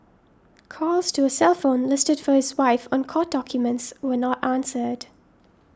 calls to a cell phone listed for his wife on court documents were not answered